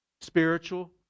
spiritual